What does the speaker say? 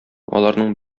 аларның